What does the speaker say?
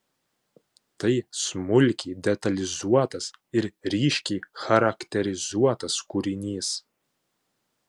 tai smulkiai detalizuotas ir ryškiai charakterizuotas kūrinys